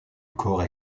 corps